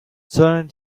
turning